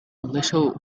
little